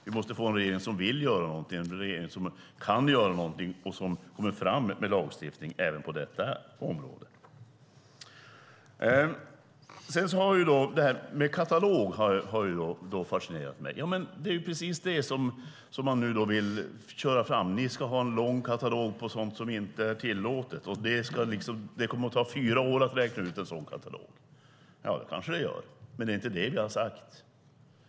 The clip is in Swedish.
Vi måste få en regering som vill göra någonting, som kan göra någonting och som kommer fram med lagstiftning även på detta område. Det här med katalog har fascinerat mig. Det är precis det som man nu vill köra fram: Ni ska ha en lång katalog på sådant som inte är tillåtet, och det kommer att ta fyra år att räkna ut en sådan katalog. Ja, det kanske det gör, men det är inte det vi har sagt.